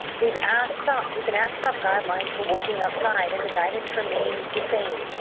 we've asked about we've been asked about guidelines for working outside, and the guidance remains the same.